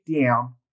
down